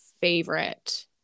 favorite